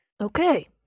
okay